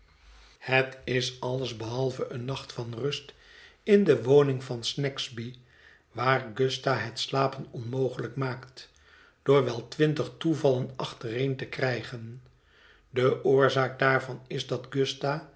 het is alles behalve een nacht van rust in de woning van snagsby waar gusta het slapen onmogelijk maakt door wel twintig toevallen achtereen te krijgen de oorzaak daarvan is dat